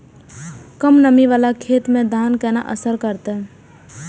कम नमी वाला खेत में धान केना असर करते?